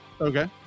Okay